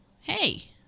Hey